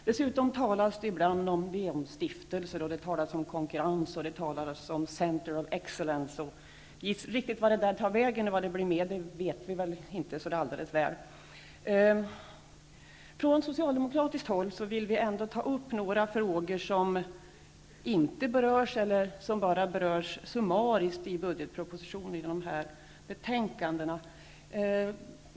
Dessutom talas det ibland om stiftelser, om konkurrens och om central excellence -- riktigt vad det blir av det vet vi väl inte så särskilt väl. Från socialdemokratiskt håll vill vi i samband med de här betänkandena ändå ta upp några frågor som inte berörs eller som berörs bara summariskt i budgetpropositionen.